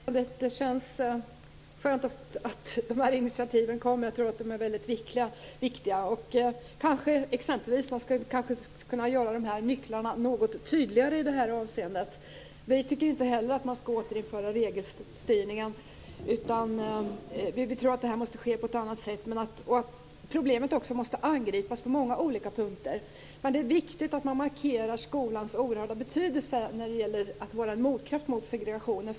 Herr talman! Det känns skönt att de här initiativen kommer. Jag tror att de är väldigt viktiga. Kanske skulle man exempelvis kunna göra de här nycklarna något tydligare i det här avseendet. Vi tycker inte heller att man skall återinföra regelstyrningen, utan vi tror att det här måste ske på ett annat sätt, och att problemet också måste angripas på många olika punkter. Men det är viktigt att man markerar skolans oerhörda betydelse när det gäller att vara en motkraft mot segregationen.